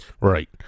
Right